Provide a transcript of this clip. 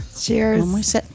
Cheers